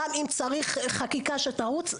ואם צריך אז גם חקיקה שתרוץ.